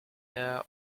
air